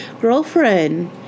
girlfriend